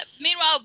Meanwhile